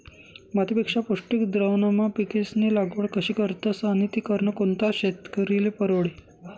मातीपेक्षा पौष्टिक द्रावणमा पिकेस्नी लागवड कशी करतस आणि ती करनं कोणता शेतकरीले परवडी?